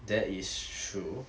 that is true